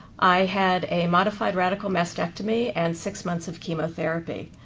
i had a modified radical mastectomy and six months of chemotherapy.